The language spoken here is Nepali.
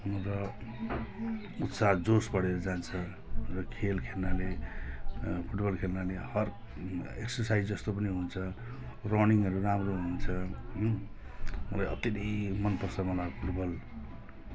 र उत्साह जोस बढेर जान्छ र खेल खेल्नाले फुटबल खेल्नाले हर एक्सरसाइज जस्तो पनि हुन्छ रनिङहरू राम्रो हुन्छ र अब धेरै मनपर्छ मलाई फुटबल